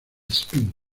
spin